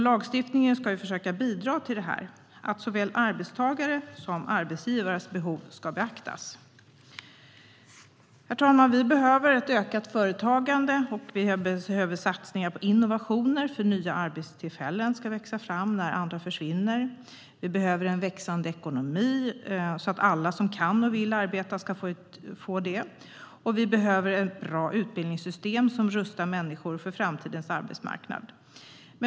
Lagstiftningen ska försöka bidra till detta, att såväl arbetstagares som arbetsgivares behov ska beaktas. Herr talman! Vi behöver ett ökat företagande, och vi behöver satsningar på innovationer för att nya arbetstillfällen ska växa fram när andra försvinner. Vi behöver en växande ekonomi så att alla som kan och vill arbeta ska få göra så. Vi behöver ett bra utbildningssystem som rustar människor för framtidens arbetsmarknad.